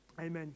Amen